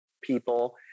people